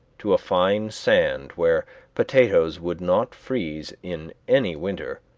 to a fine sand where potatoes would not freeze in any winter.